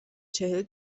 چهل